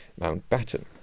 Mountbatten